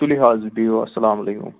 تُلِو حظ بِہِو اَسَلامُ علیکُم